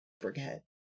forget